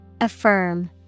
Affirm